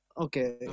Okay